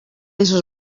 esos